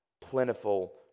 plentiful